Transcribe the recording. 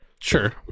Sure